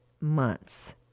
months